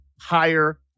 higher